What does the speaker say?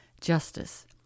justice